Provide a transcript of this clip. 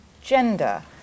gender